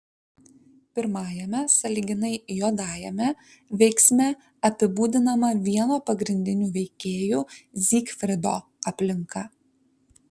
pirmajame sąlyginai juodajame veiksme apibūdinama vieno pagrindinių veikėjų zygfrido aplinka